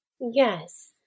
Yes